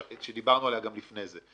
דיברנו על זה גם לפני זה.